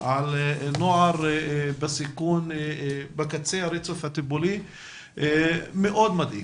על נוער בסיכון בקצה הרצף הטיפולי מאוד מדאיג.